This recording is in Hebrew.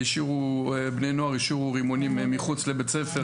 בני נוער השאירו רימונים מחוץ לבית-הספר,